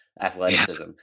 athleticism